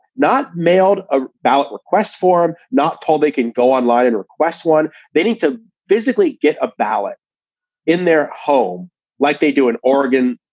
not mailed a ballot request form, not told they can go online and request one. they need to physically get a ballot in their home like they do in oregon,